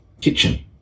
kitchen